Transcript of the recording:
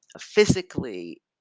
physically